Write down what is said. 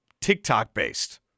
TikTok-based